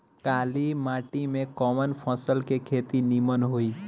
काली माटी में कवन फसल के खेती नीमन होई?